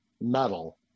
metal